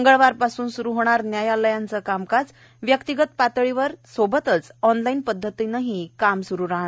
मंगळवार पासून स्रू होणार न्यायालयांच कामकाज व्यक्तीगत पातळीवर सोबतच ऑनलाइन पद्धतीनही स्रू राहणार